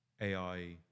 AI